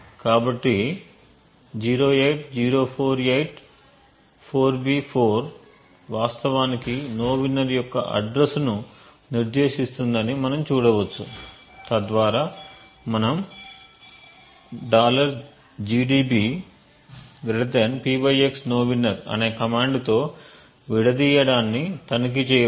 కాబట్టి 080484B4 వాస్తవానికి nowinner యొక్క అడ్రస్ ను నిర్దేశిస్తుందని మనం చూడవచ్చు తద్వారా మనం gdb p x nowinner అనే కమాండ్ తో విడదీయడాన్ని తనిఖీ చేయవచ్చు